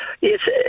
Yes